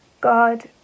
God